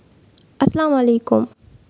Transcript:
السلام علیکُم